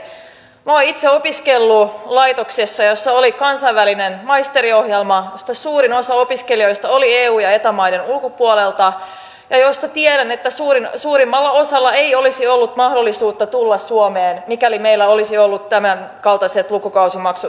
minä olen itse opiskellut laitoksessa jossa oli kansainvälinen maisteriohjelma jossa suurin osa opiskelijoista oli eu ja eta maiden ulkopuolelta joista tiedän että suurimmalla osalla ei olisi ollut mahdollisuutta tulla suomeen mikäli meillä olisivat olleet tämänkaltaiset lukukausimaksut käytössä